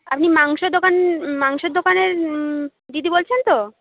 আপনি মাংস দোকান মাংসের দোকানের দিদি বলছেন তো